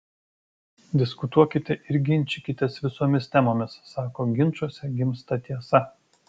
diskutuokite ir ginčykitės visomis temomis sako ginčuose gimsta tiesa